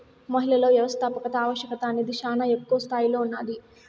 మహిళలలో వ్యవస్థాపకత ఆవశ్యకత అనేది శానా ఎక్కువ స్తాయిలో ఉన్నాది